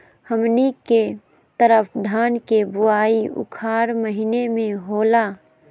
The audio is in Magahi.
हमनी के तरफ धान के बुवाई उखाड़ महीना में होला